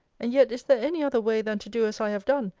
and yet is there any other way than to do as i have done,